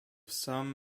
some